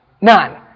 None